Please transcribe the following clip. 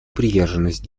приверженность